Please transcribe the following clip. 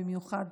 במיוחד